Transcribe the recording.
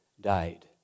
died